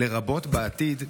לרבות בעתיד,